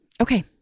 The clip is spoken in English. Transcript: Okay